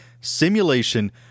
simulation